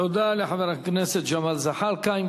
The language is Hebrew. תודה לחבר הכנסת ג'מאל זחאלקה.